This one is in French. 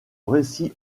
récit